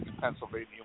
Pennsylvania